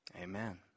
Amen